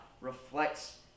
reflects